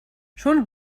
schon